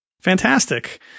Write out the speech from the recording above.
Fantastic